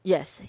，Yes